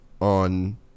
on